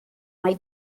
mai